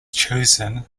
chosen